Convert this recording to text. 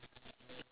can ah